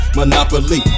Monopoly